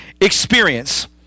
experience